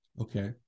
okay